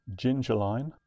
gingerline